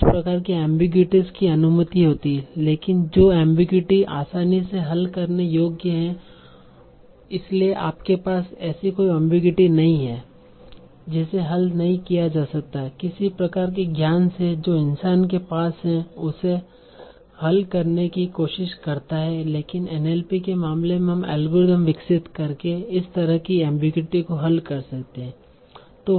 कुछ प्रकार की एमबीगुइटीस की अनुमति होती है लेकिन जो एमबीगुइटी आसानी से हल करने योग्य है इसलिए आपके पास ऐसी कोई एमबीगुइटी नहीं है जिसे हल नहीं किया जा सकता है किसी प्रकार के ज्ञान से जो इंसान के पास है उससे हल करने की कोशिश करता है लेकिन NLP के मामले में हम एल्गोरिथम विकसित करके इस तरह की एमबीगुइटी को हल कर सकते है